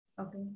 Okay